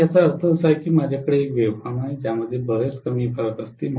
तर याचा अर्थ असा आहे की माझ्याकडे एक वेव्ह फॉर्म आहे ज्यामध्ये बरेच कमी फरक असतील